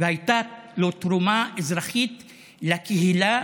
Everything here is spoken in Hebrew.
והייתה לו תרומה אזרחית לקהילה,